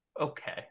Okay